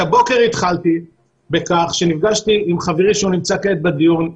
את הבוקר התחלתי בכך שנפגשתי עם חברי שהוא נמצא כעת בדיון,